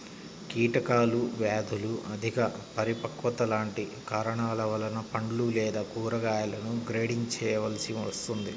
కీటకాలు, వ్యాధులు, అధిక పరిపక్వత లాంటి కారణాల వలన పండ్లు లేదా కూరగాయలను గ్రేడింగ్ చేయవలసి వస్తుంది